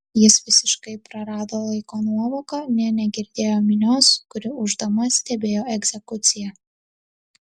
jis visiškai prarado laiko nuovoką nė negirdėjo minios kuri ūždama stebėjo egzekuciją